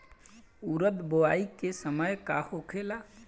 उरद बुआई के समय का होखेला?